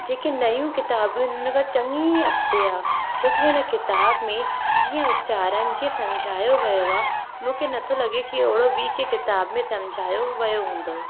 जेके नयूं किताबूं इन उन खां चङी अॻिते आ्हे छोकी हुन किताब में जीअं उचारन जीअं सम्झायो वियो आहे मूंखे नथो लॻे की अहिड़ो बि कंहिं किताब में सम्झायो वियो हूंदो